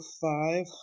five